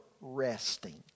resting